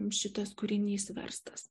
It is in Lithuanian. šitas kūrinys verstas